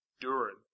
Durin